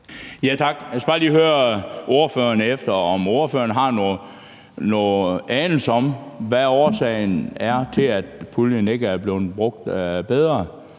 Jeg skal bare lige høre ordføreren, om ordføreren har nogen anelse om, hvad årsagen er til, at puljen ikke er blevet brugt bedre,